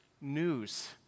news